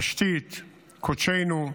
תשתית קודשינו,